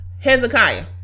Hezekiah